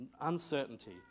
uncertainty